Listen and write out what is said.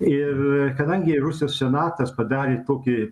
ir kadangi rusijos senatas padarė tokį